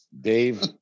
Dave